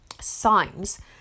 signs